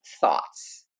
thoughts